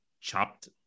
chopped